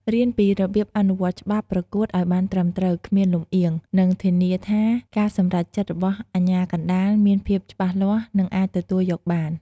រៀនពីរបៀបអនុវត្តច្បាប់ប្រកួតឲ្យបានត្រឹមត្រូវ គ្មានលំអៀង និងធានាថាការសម្រេចចិត្តរបស់អាជ្ញាកណ្តាលមានភាពច្បាស់លាស់ និងអាចទទួលយកបាន។